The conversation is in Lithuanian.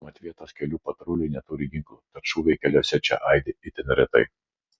mat vietos kelių patruliai neturi ginklų tad šūviai keliuose čia aidi itin retai